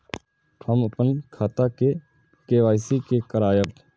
हम अपन खाता के के.वाई.सी के करायब?